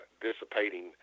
dissipating